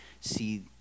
see